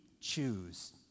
choose